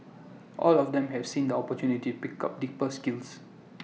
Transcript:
all of them have seen the opportunity pick up deeper skills